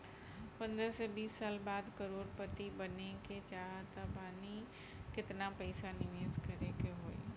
पंद्रह से बीस साल बाद करोड़ पति बने के चाहता बानी केतना पइसा निवेस करे के होई?